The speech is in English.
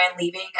leaving